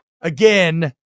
Again